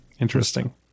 Interesting